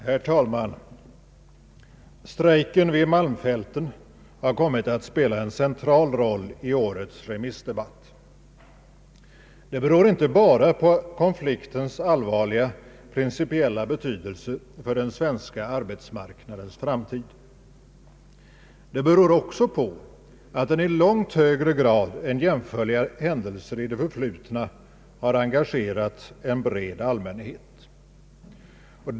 Herr talman! Strejken vid malmfälten har kommit att spela en central roll i årets remissdebatt. Det beror inte bara på konfliktens allvarliga principiella betydelse för den svenska arbetsmarknadens framtid. Det beror också på att den i långt högre grad än jämförliga händelser i det förflutna engagerat en bred allmänhet.